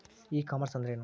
E commerce ಅಂದ್ರೇನು?